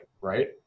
right